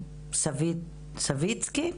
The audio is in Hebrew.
סביצקי,